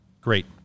Great